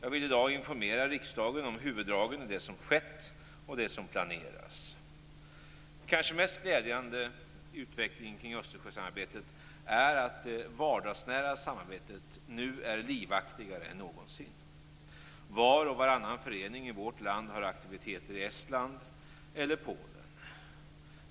Jag vill i dag informera riksdagen om huvuddragen i det som har skett och det som planeras. Den kanske mest glädjande utvecklingen kring Östersjösamarbetet är att det vardagsnära samarbetet nu är livaktigare än någonsin. Var och varannan förening i vårt land har aktiviteter i Estland eller Polen.